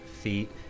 feet